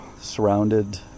surrounded